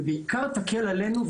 ובעיקר תקל עלינו,